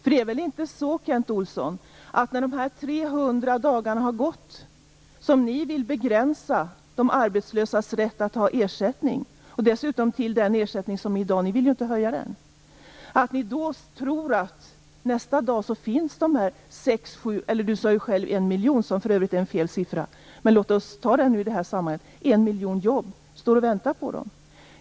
Ni vill ju begränsa de arbetslösas rätt till ersättning till 300 dagar och dessutom till samma ersättningsnivå som i dag, eftersom ni inte vill höja den. Det är väl inte så, Kent Olsson, att ni tror att när de 300 dagarna har gått så väntar en miljon jobb, vilket Kent Olsson sade men som är en felaktig siffra?